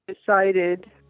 decided